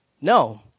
No